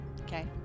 Okay